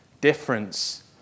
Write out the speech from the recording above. difference